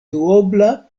duobla